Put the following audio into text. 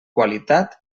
qualitat